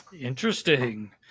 Interesting